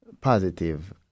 positive